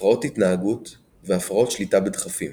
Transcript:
הפרעות התנהגות והפרעות שליטה בדחפים